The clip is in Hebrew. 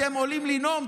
אתם עולים לנאום,